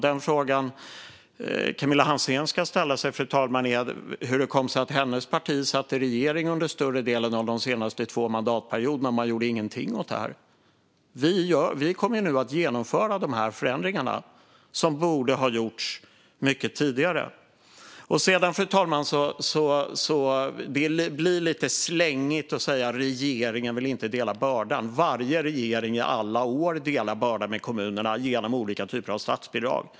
Den fråga som Camilla Hansén ska ställa sig, fru talman, är hur det kommer sig att hennes parti satt i regering under större delen av de senaste två mandatperioderna och inte gjorde något åt detta. Vi kommer nu att genomföra de här förändringarna, som borde ha gjorts mycket tidigare. Fru talman! Det blir lite slängigt att säga: Regeringen vill inte dela bördan. Varje regering, i alla år, delar bördan med kommunerna genom olika typer av statsbidrag.